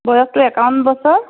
বয়সটো একাৱন্ন বছৰ